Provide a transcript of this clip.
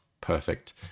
perfect